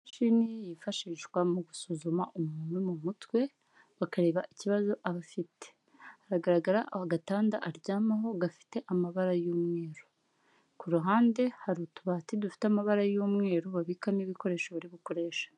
Imashini yifashishwa mu gusuzuma umuntu mu mutwe bakareba ikibazo aba afite, haragaragara aho agatanda aryamaho gafite amabara y'umweru, ku ruhande hari utubati dufite amabara y'umweru babikamo ibikoresho bari gukoresha.